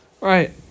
Right